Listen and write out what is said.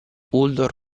uldor